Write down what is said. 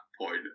point